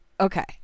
Okay